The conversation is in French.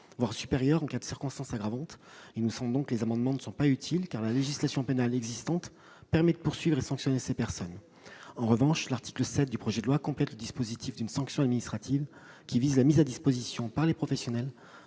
voire supérieures en cas de circonstances aggravantes. Ces amendements ne sont par conséquent pas utiles, car la législation pénale existante permet de poursuivre et de sanctionner ces personnes. En revanche, l'article 7 du projet de loi complète le dispositif d'une sanction administrative qui vise la mise à disposition par les professionnels